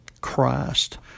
Christ